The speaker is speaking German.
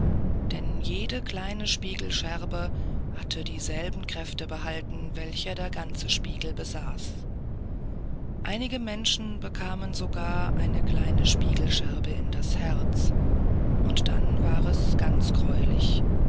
denn jede kleine spiegelscherbe hatte dieselben kräfte behalten welche der ganze spiegel besaß einige menschen bekamen sogar eine kleine spiegelscherbe in das herz und dann war es ganz gräulich